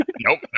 nope